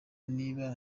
niba